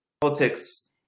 politics